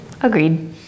agreed